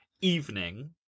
Evening